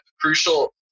crucial